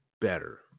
better